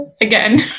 again